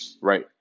right